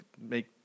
make